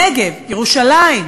נגב, ירושלים,